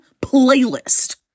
playlist